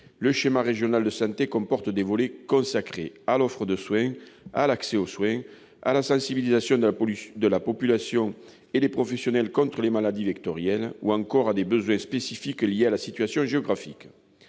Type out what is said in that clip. le schéma régional de santé comporte des volets consacrés à l'offre de soins, à l'accès aux soins, à la sensibilisation de la population et des professionnels aux maladies vectorielles, ou encore à des besoins spécifiques liés à la situation géographique.